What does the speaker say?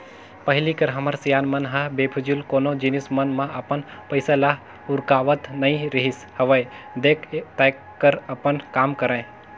पहिली कर हमर सियान मन ह बेफिजूल कोनो जिनिस मन म अपन पइसा ल उरकावत नइ रिहिस हवय देख ताएक कर अपन काम करय